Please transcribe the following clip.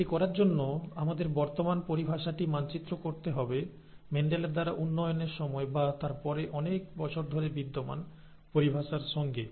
এটি করার জন্য আমাদের বর্তমান পরিভাষাটিকে মানচিত্র করতে হবে মেন্ডেলের দ্বারা উন্নয়নের সময় বা তার পরে অনেক বছর ধরে বিদ্যমান পরিভাষায় সঙ্গে